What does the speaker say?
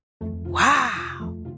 Wow